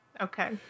Okay